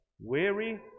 weary